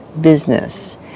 business